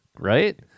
Right